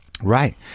Right